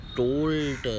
told